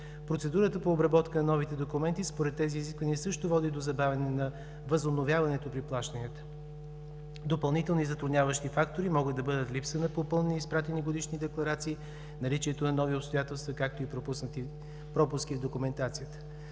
Процедурата по обработка на новите документи според тези изисквания също води до забавяне на възобновяването при плащанията. Допълнителни затрудняващи фактори могат да бъдат липса на попълнени и изпратени годишни декларации, наличието на нови обстоятелства, както и пропуски в документацията.